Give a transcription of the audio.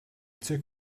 took